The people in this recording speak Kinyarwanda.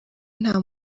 nta